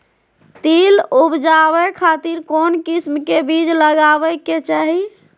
तिल उबजाबे खातिर कौन किस्म के बीज लगावे के चाही?